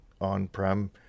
on-prem